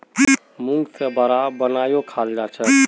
मूंग से वड़ा बनएयों खाल जाछेक